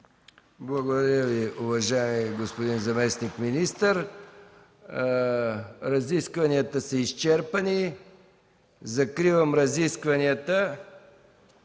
Благодаря Ви, уважаеми господин заместник-министър. Разискванията са изчерпани. Закривам разискванията.